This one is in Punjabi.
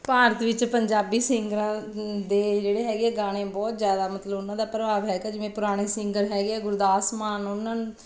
ਭਾਰਤ ਵਿੱਚ ਪੰਜਾਬੀ ਸਿੰਗਰਾਂ ਦੇ ਜਿਹੜੇ ਹੈਗੇ ਗਾਣੇ ਬਹੁਤ ਜ਼ਿਆਦਾ ਮਤਲਬ ਉਹਨਾਂ ਦਾ ਪ੍ਰਭਾਵ ਹੈਗਾ ਜਿਵੇਂ ਪੁਰਾਣੇ ਸਿੰਗਰ ਹੈਗੇ ਆ ਗੁਰਦਾਸ ਮਾਨ ਉਹਨਾਂ